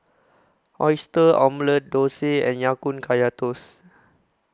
Oyster Omelette Dosa and Ya Kun Kaya Toast